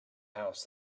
house